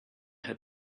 had